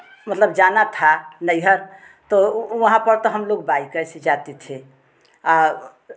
मतलब जाना था नैहर तो वहाँ पर तो हम लोग बाइके से जाते थे आ